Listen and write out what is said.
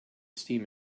steam